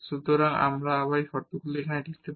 সুতরাং আমরা এখন এই শর্তগুলো এখানে লিখতে পারি